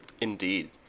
Indeed